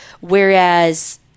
whereas